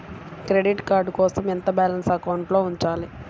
Credit card కోసం ఎంత balance అకౌంట్లో ఉంచాలి?